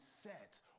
set